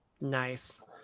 Nice